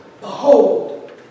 Behold